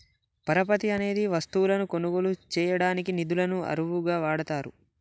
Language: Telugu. పరపతి అనేది వస్తువులను కొనుగోలు చేయడానికి నిధులను అరువుగా వాడతారు